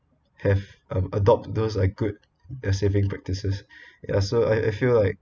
have a~ adopt those are good as saving practices ya so I I feel like